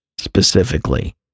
specifically